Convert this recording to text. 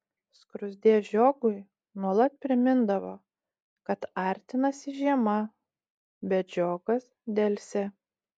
skruzdė žiogui nuolat primindavo kad artinasi žiema bet žiogas delsė